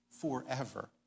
forever